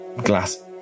Glass